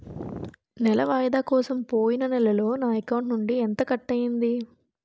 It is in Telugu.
నెల వాయిదా కోసం పోయిన నెలలో నా అకౌంట్ నుండి ఎంత కట్ అయ్యింది?